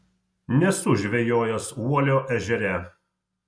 nesu žvejojęs uolio ežere